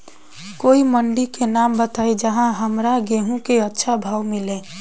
कोई मंडी के नाम बताई जहां हमरा गेहूं के अच्छा भाव मिले?